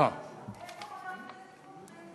איפה חבר הכנסת סמוטריץ?